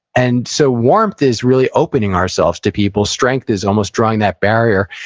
and so, warmth is really opening ourselves to people. strength is almost drawing that barrier.